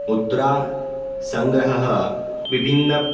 मुद्रासङ्ग्रहः विभिन्न